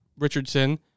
Richardson